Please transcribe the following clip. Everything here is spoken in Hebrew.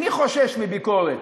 איני חושש מביקורת,